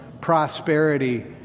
prosperity